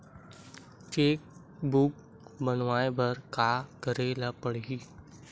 Cheque book बनवाय बर का करे ल पड़हि?